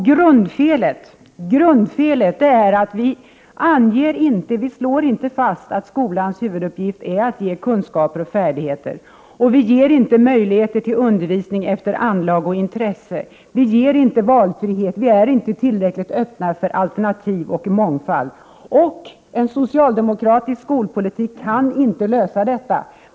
Grundfelet är att vi inte slår fast att skolans huvuduppgift är att ge kunskaper och färdigheter. Vi ger inte möjligheter till undervisning efter anlag och intresse. Vi ger inte valfrihet. Vi är inte tillräckligt öppna för alternativ och mångfald. En socialdemokratisk skolpolitik kan inte lösa detta.